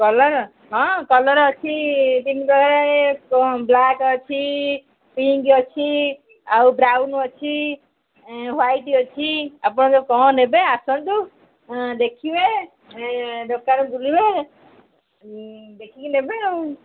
colour ହଁ colour ଅଛି ତିନିଟା ଏ ବ୍ଲାକ୍ ଅଛି ପିଙ୍କ ଅଛି ଆଉ ବ୍ରାଉନ ଅଛି ହ୍ୱାଇଟ୍ ଅଛି ଆପଣ କଣ ନେବେ ଆସନ୍ତୁ ଦେଖିବେ ଦୋକାନ ବୁଲିବେ ଦେଖିକି ନେବେ ଆଉ